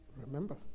Remember